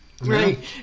right